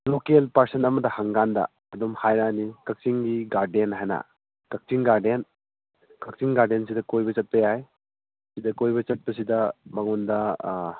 local person ꯑꯃꯗ ꯍꯪꯀꯥꯟꯗ ꯑꯗꯨꯝ ꯍꯥꯏꯔꯛꯑꯅꯤ ꯀꯛꯆꯤꯡꯒꯤ ꯒꯥꯔꯗꯦꯟ ꯍꯥꯏꯅ ꯀꯛꯆꯤꯡ ꯒꯥꯔꯗꯦꯟ ꯀꯛꯆꯤꯡ ꯒꯥꯔꯗꯦꯟꯁꯤꯗ ꯀꯣꯏꯕ ꯆꯠꯄ ꯌꯥꯏ ꯁꯤꯗ ꯀꯣꯏꯕ ꯆꯠꯄꯁꯤꯗ ꯃꯉꯣꯟꯗ